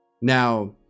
now